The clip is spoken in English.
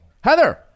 Heather